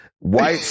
White